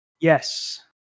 Yes